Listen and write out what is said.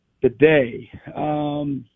Today